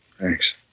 Thanks